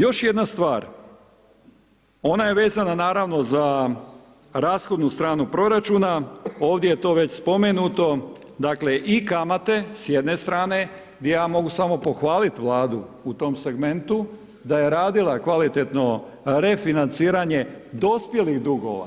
Još jedna stvar, ona je vezana naravno za rashodnu stranu proračuna, ovdje je to već spomenuto, dakle i kamate s jedne strane, gdje ja mogu samo pohvaliti Vladu u tom segmentu da je radila kvalitetno refinanciranje dospjelih duga,